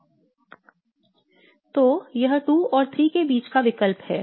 तो यह 2 और 3 के बीच का विकल्प है